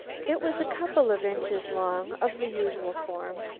it was a couple of inches long, of the usual form,